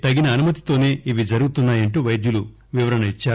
తగిన అనుమతితోనే ఇవి జరుగుతున్నాయంటూ వైద్యులు వివరణ ఇచ్చారు